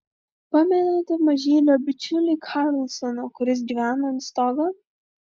pamenate mažylio bičiulį karlsoną kuris gyveno ant stogo